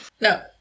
No